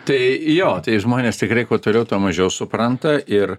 tai jo žmonės tikrai kuo toliau tuo mažiau supranta ir